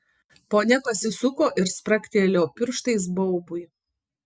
ponia pasisuko ir spragtelėjo pirštais baubui